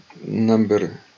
number